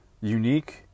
unique